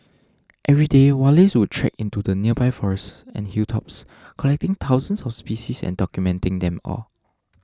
every day Wallace would trek into the nearby forests and hilltops collecting thousands of species and documenting them all